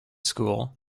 school